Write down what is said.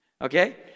Okay